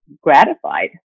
gratified